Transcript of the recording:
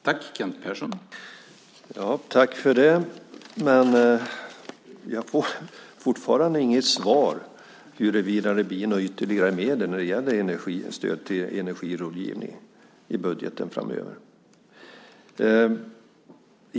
Herr talman! Tack för det! Men jag får fortfarande inget svar på frågan huruvida det blir några ytterligare medel när det gäller stöd till energirådgivning i budgeten framöver.